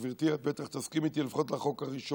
גברתי, את בטח תסכימי איתי, לפחות לחוק הראשון: